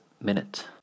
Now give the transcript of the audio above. minute